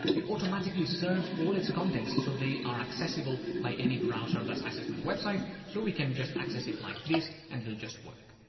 it automatically serves all its contents so they are accessible by any browser that's accessing the website so we can just access it like this, and it'll just work.